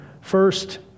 first